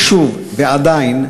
ושוב, ועדיין,